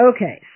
Okay